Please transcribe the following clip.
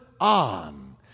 on